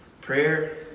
Prayer